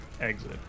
exit